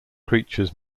creatures